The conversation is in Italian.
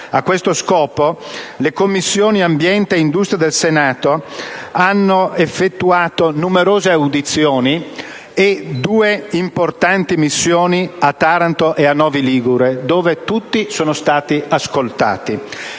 A questo scopo le Commissioni ambiente e industria del Senato hanno effettuato numerose audizioni e due importanti missioni a Taranto e a Novi Ligure, dove tutti sono stati ascoltati.